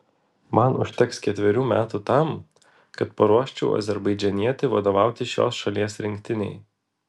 man užteks ketverių metų tam kad paruoščiau azerbaidžanietį vadovauti šios šalies rinktinei